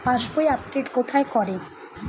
পাসবই update কোথায় করে?